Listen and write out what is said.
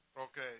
Okay